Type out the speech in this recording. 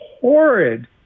horrid